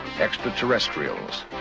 Extraterrestrials